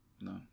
no